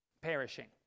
perishing